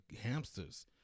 hamsters